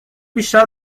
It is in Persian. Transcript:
بیشتر